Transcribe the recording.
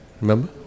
Remember